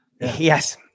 Yes